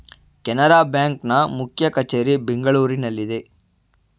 Canara bank ನ ಮುಖ್ಯ ಕಚೇರಿ ಬೆಂಗಳೂರಿನಲ್ಲಿದೆ